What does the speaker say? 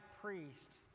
priest